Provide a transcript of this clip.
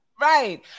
Right